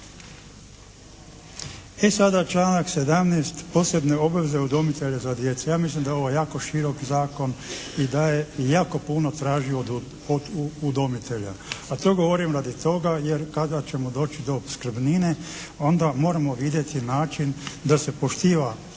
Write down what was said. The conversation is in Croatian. I sada članak 17. posebne obaveze udomitelja za djecu. Ja mislim da je ovo jako širok zakon i da jako puno traži od udomitelja a to govorim radi toga jer kada ćemo doći do opskrbnine onda moramo vidjeti način da se poštiva ovaj